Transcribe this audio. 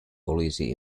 policy